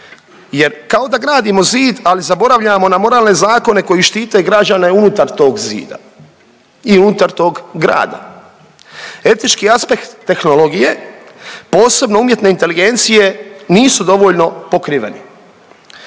jer kao da gradimo zid, ali zaboravljamo na moralne zakone koji štite građane unutar tog zida i unutar tog grada. Etički aspekt tehnologije posebno umjetne inteligencije nisu dovoljno pokriveni.